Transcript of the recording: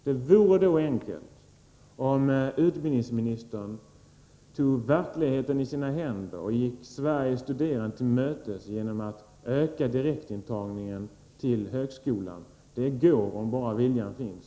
Det vore då enkelt, om utbildningsministern tog verkligheten i sina händer och gick Sveriges studerande till mötes genom att öka direktintagningen till högskolan. Det går, om bara viljan finns!